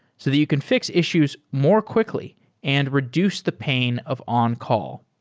so that you can fix issues more quickly and reduce the pain of on-call.